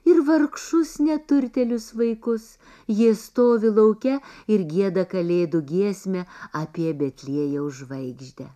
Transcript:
ir vargšus neturtėlius vaikus jie stovi lauke ir gieda kalėdų giesmę apie betliejaus žvaigždę